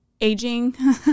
aging